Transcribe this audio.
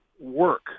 work